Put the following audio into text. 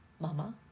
Mama